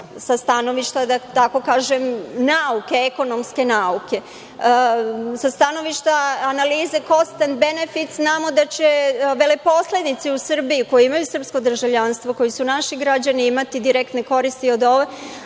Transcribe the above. sa stanovišta nauke, ekonomske nauke. Sa stanovišta analize kosten-benefit znamo da će veleposednici u Srbiji koji imaju srpsko državljanstvo, koji su naši građani imati direktne koristi od